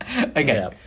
Okay